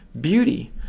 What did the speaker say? beauty